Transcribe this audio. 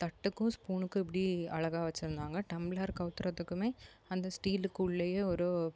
தட்டுக்கும் ஸ்பூனுக்கும் இப்படி அழகா வச்சிருந்தாங்கள் டம்ளர் கவுத்துகிறதுக்குமே அந்த ஸ்டீலுக்குள்ளயே ஒரு